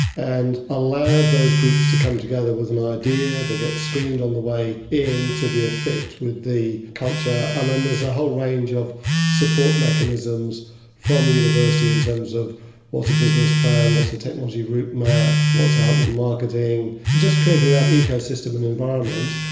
and allowed those groups to come together with an idea, they get screened on the way in to be a fit with the culture, and then there's a whole range of support mechanisms from the university in terms of what's a business plan, what's a technology route map, what is outward marketing, just creating that ecosystem and environment.